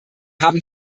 haben